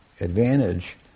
advantage